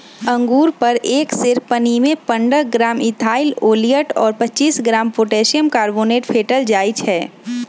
अंगुर पर एक सेर पानीमे पंडह ग्राम इथाइल ओलियट और पच्चीस ग्राम पोटेशियम कार्बोनेट फेटल जाई छै